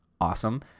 awesome